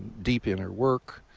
deep inner work,